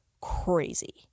crazy